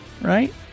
right